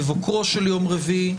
בבוקרו של יום רביעי,